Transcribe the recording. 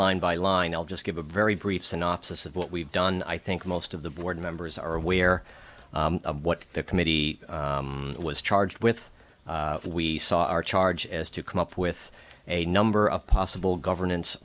line by line i'll just give a very brief synopsis of what we've done i think most of the board members are aware of what the committee was charged with we saw our charge as to come up with a number of possible governance